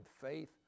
faith